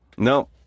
No